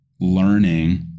learning